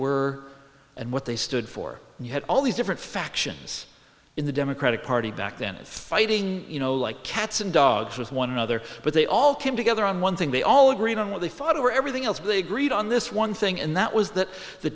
were and what they stood for and you had all these different factions in the democratic party back then and fighting you know like cats and dogs with one another but they all came together on one thing they all agreed on what they thought over everything else they agreed on this one thing and that was that the